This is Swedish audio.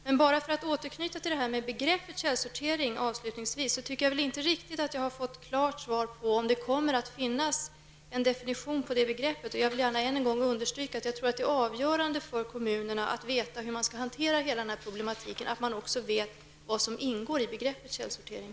Avslutningsvis vill jag återknyta till begreppet källsortering. Jag har inte riktigt fått ett klart svar på om det kommer att finnas en definition på begreppet källsortering. Jag vill gärna än en gång understryka att det är avgörande för kommunerna att veta hur man skall hantera hela det här problemet och vad som ingår i begreppet källsortering.